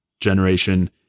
generation